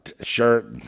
shirt